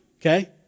okay